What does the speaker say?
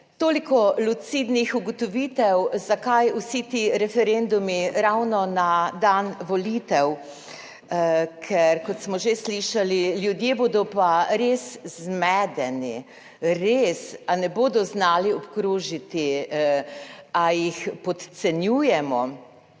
toliko lucidnih ugotovitev, zakaj vsi ti referendumi ravno na dan volitev, ker, kot smo že slišali, ljudje bodo pa res zmedeni, res, a ne bodo znali obkrožiti ali jih podcenjujemo?